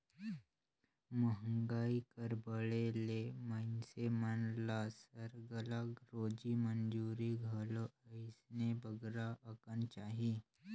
मंहगाई कर बढ़े ले मइनसे मन ल सरलग रोजी मंजूरी घलो अइसने बगरा अकन चाही